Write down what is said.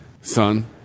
son